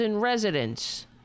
residents